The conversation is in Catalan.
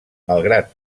malgrat